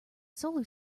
solar